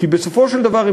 כי בסופו של דבר,